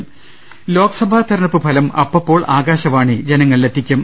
്്്്്്് ലോക്സഭാ തെരഞ്ഞെടുപ്പ് ഫലം അപ്പപ്പോൾ ആകാശവാണി ജനങ്ങ ളിലെത്തിക്കും